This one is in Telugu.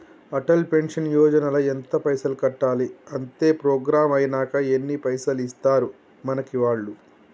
అటల్ పెన్షన్ యోజన ల ఎంత పైసల్ కట్టాలి? అత్తే ప్రోగ్రాం ఐనాక ఎన్ని పైసల్ ఇస్తరు మనకి వాళ్లు?